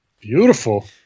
Beautiful